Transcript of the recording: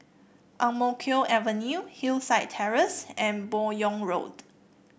Ang Mo Kio Avenue Hillside Terrace and Buyong Road